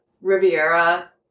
Riviera